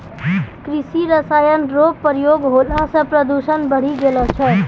कृषि रसायन रो प्रयोग होला से प्रदूषण बढ़ी गेलो छै